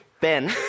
Ben